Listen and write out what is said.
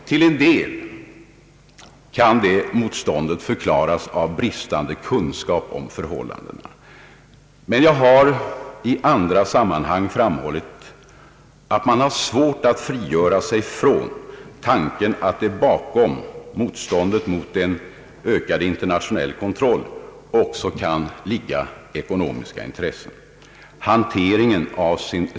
Till en del kan det motståndet förklaras av bristande kunskaper om förhållandena, men jag har i andra sammanhang framhållit att man har svårt att frigöra sig från tanken att det bakom motståndet mot en ökad internationell kontroll också kan ligga ekonomiska intressen.